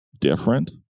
different